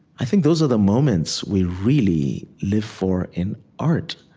i think those are the moments we really live for in art,